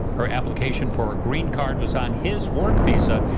her application for a green card was on his work visa,